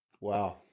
wow